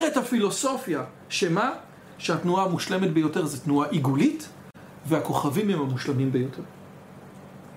את הפילוסופיה שמה שהתנועה המושלמת ביותר זה תנועה עיגולית והכוכבים הם המושלמים ביותר